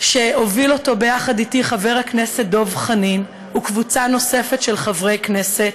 שהובילו יחד איתי חבר הכנסת דב חנין וקבוצה נוספת של חברי כנסת,